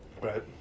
Right